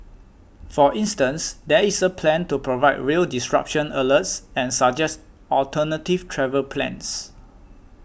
for instance there is a plan to provide rail disruption alerts and suggest alternative travel plans